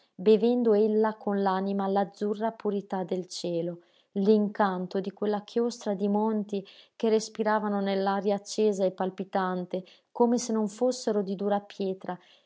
bevendo ella con l'anima l'azzurra purità del cielo l'incanto di quella chiostra di monti che respiravano nell'aria accesa e palpitante come se non fossero di dura pietra